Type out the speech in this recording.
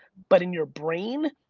but in your brain,